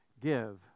Give